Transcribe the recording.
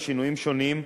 בשינויים שונים,